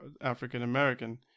african-american